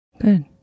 Good